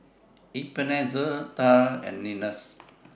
Ebenezer Tal and Linus